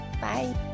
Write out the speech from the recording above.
Bye